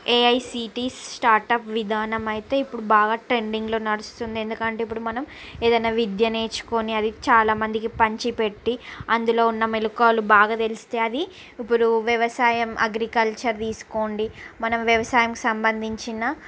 AICT start up విధానము అయితే ఇప్పుడు బాగా ట్రెండింగ్లో నడుస్తుంది ఎందుకంటే ఇప్పుడు మనం ఏదైనా విద్య నేర్చుకోని అది చాలా మందికి పంచిపెట్టి అందులో ఉన్న మెళుకువలు బాగా తెలిస్తే అది ఇప్పుడు వ్యవసాయం అగ్రికల్చర్ తీసుకోండి మనం వ్యవసాయంకి సంబంధించిన